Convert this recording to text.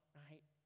right